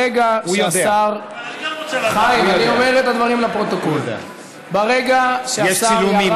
ברגע שהשר ירד מן הדוכן, יש צילומים.